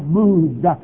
moved